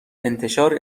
انتشار